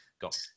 got